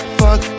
fuck